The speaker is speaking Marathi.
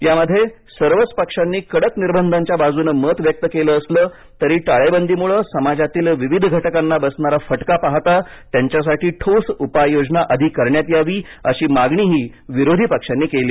यामध्ये सर्वच पक्षांनी कडक निर्बंधांच्या बाजूनं मत व्यक्त केलं असलं तरी टाळेबंदीमुळे समाजातील विविध घटकांना बसणारा फटका पाहता त्यांच्यासाठी ठोस उपाययोजना आधी करण्यात यावी अशी मागणीही विरोधी पक्षांनी केली